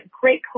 great